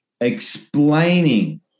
explaining